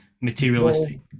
materialistic